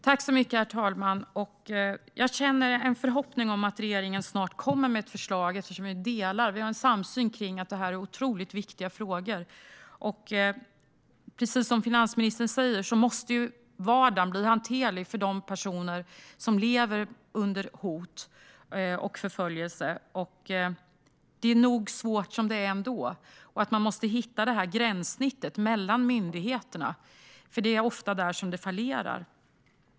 Herr talman! Jag känner en förhoppning om att regeringen snart kommer med ett förslag, eftersom vi har en samsyn om att detta är otroligt viktiga frågor. Precis som finansministern säger måste vardagen bli hanterlig för de personer som lever under hot och förföljelse. Det är svårt nog som det är. Man måste hitta ett slags gränssnitt mellan myndigheterna, för det är ofta där det fallerar.